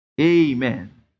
Amen